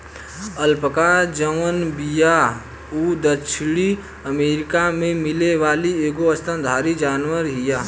alpaca जवन बिया उ दक्षिणी अमेरिका में मिले वाली एगो स्तनधारी जानवर हिय